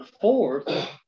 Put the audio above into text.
fourth